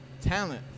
talent